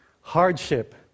hardship